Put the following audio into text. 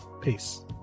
peace